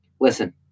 Listen